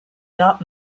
not